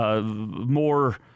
more